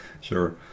Sure